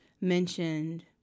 mentioned